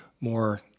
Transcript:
more